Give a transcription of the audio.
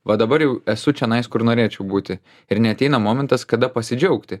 va dabar jau esu čionais kur norėčiau būti ir neateina momentas kada pasidžiaugti